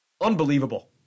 unbelievable